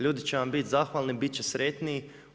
Ljudi će vam biti zahvalni, bit će sretniji.